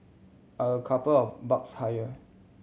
are a couple of bucks higher